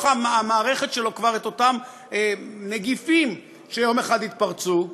המערכת שלו את אותם נגיפים שיום אחד יתפרצו.